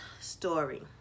story